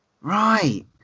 right